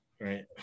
right